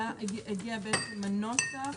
הגיע בעצם הנוסח.